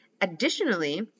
Additionally